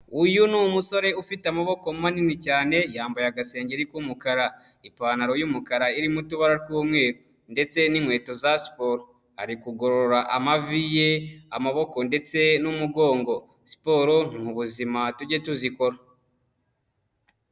Uyu ni umusore ufite amaboko manini cyane yambaye agasengeri k'umukara, ipantaro y'umukara irimo utubara tw'umweru ndetse n'inkweto za siporo, ari kugorora amavi ye, amaboko ndetse n'umugongo. Siporo ni ubuzima tujye tuzikora.